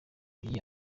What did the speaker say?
iyi